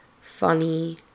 funny